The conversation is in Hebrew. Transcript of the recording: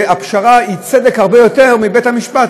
הפשרה היא צדק הרבה יותר מבית-המשפט.